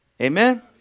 Amen